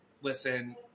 listen